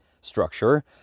structure